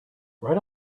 right